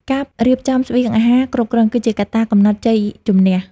ការរៀបចំស្បៀងអាហារគ្រប់គ្រាន់ គឺជាកត្តាកំណត់ជ័យជម្នះ។